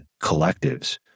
collectives